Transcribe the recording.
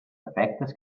defectes